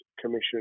Commission